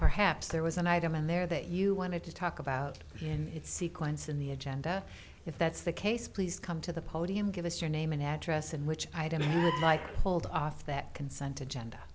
perhaps there was an item in there that you wanted to talk about in its sequence in the agenda if that's the case please come to the podium give us your name and address and which might hold off that consent agenda